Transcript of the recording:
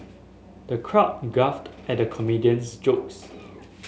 the crowd guffawed at the comedian's jokes